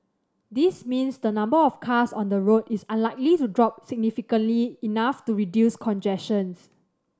this means the number of cars on the road is unlikely to drop significantly enough to reduce congestion